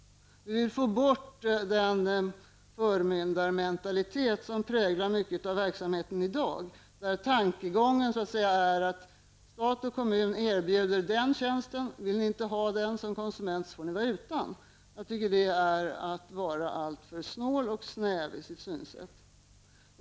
Vi vill får bort den förmyndarmentalitet som präglar mycket av verksamheten i dag, där tankegången är att staten och kommunerna erbjuder en viss tjänst. Om man som konsument inte vill ha den får man vara utan. Jag tycker att det är att vara alltför snål och snäv i sitt synsätt.